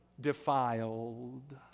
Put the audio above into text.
defiled